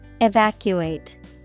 Evacuate